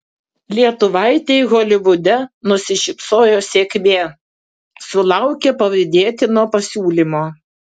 lietuvaitei holivude nusišypsojo sėkmė sulaukė pavydėtino pasiūlymo